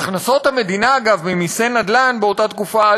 אגב, הכנסות המדינה ממסי נדל"ן עלו באותה תקופה,